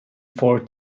for